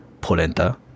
polenta